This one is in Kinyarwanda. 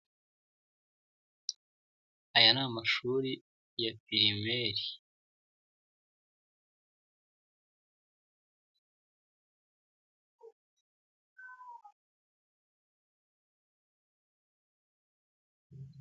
Aya ni amashuri ya primary.